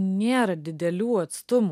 nėra didelių atstumų